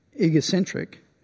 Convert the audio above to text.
egocentric